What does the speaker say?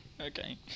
Okay